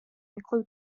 include